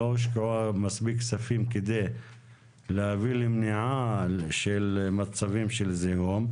לא הושקעו מספיק כספים כדי להביא למניעה של מצבים של זיהום,